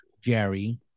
Jerry